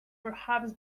perhaps